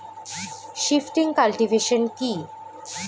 Shifting cultivation কি?